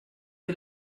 que